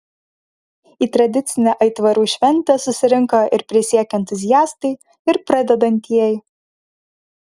į tradicinę aitvarų šventę susirinko ir prisiekę entuziastai ir pradedantieji